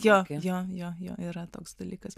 jo jo yra toks dalykas